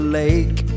lake